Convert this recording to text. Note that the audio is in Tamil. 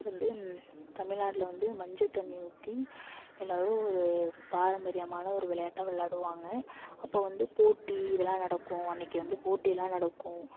வந்து தமிழ்நாட்டில் வந்து மஞ்சத்தண்ணி ஊற்றி எல்லாரும் ஒரு பாரம்பரியமான ஒரு விளையாட்டை விளையாடுவாங்க அப்போ வந்து போட்டி இதெல்லாம் நடக்கும் அன்னைக்கு வந்து போட்டி எல்லாம் நடக்கும்